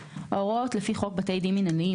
23.ההוראות לפי חוק בתי דין מינהליים,